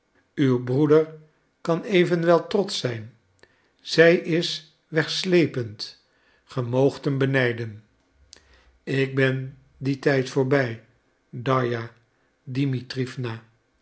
uw broeder kan evenwel trotsch zijn zij is wegsleepend ge moogt hem benijden ik ben dien tijd voorbij darja dimitriewna